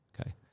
Okay